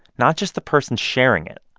not just the person sharing it.